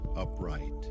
upright